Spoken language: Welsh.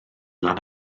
lan